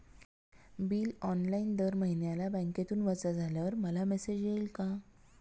Bill online दर महिन्याला बँकेतून वजा झाल्यावर मला मेसेज येईल का?